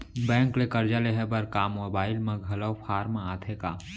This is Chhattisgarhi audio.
बैंक ले करजा लेहे बर का मोबाइल म घलो फार्म आथे का?